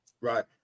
Right